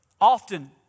often